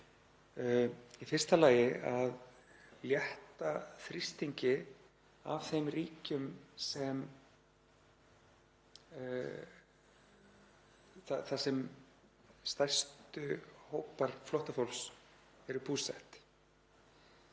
Í fyrsta lagi að létta þrýstingi af þeim ríkjum þar sem stærstu hópar flóttafólks eru búsettir.